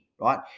right